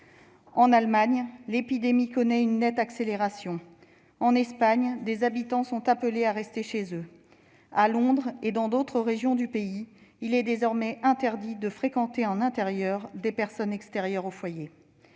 En Allemagne, l'épidémie connaît une nette accélération. En Espagne, des habitants sont appelés à rester chez eux. À Londres, et dans d'autres régions du Royaume-Uni, il est désormais interdit de recevoir chez soi des personnes extérieures au foyer.